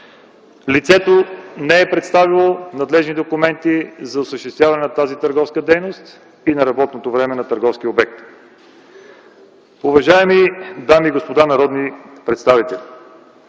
Лицето не е представило надлежни документи за осъществяване на тази търговска дейност и на работното време на търговския обект. Уважаеми дами и господа народни представители,